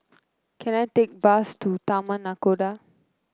can I take bus to Taman Nakhoda